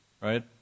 right